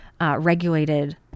regulated